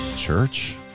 church